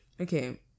Okay